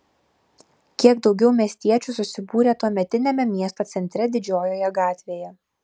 kiek daugiau miestiečių susibūrė tuometiniame miesto centre didžiojoje gatvėje